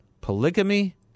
polygamy